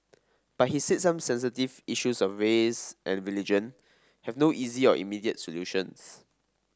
but he said some sensitive issues of race and religion have no easy or immediate solutions